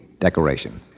decoration